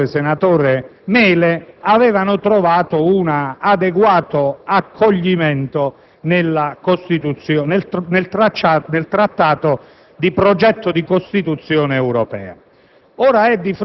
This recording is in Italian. il relatore senatore Mele, avevano trovato un adeguato accoglimento nel progetto di Costituzione europea.